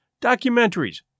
documentaries